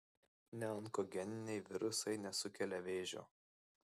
neonkogeniniai virusai nesukelia vėžio